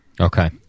Okay